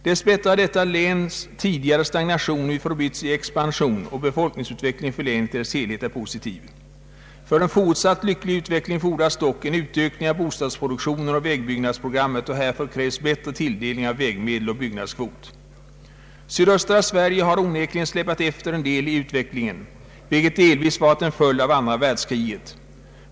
Dess bättre har detta läns tidigare stagnation nu förbytts i en expansion, och befolkningsutvecklingen för länet i dess helhet är positiv. För en fortsatt lycklig utveckling fordras dock en utökning av bostadsproduktionen och vägbyggnadsprogrammet, och härför krävs bättre tilldelning av vägmedel och byggnadskvot. Sydöstra Sverige har onekligen släpat efter en del i utvecklingen, delvis till följd av andra världskriget.